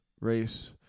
race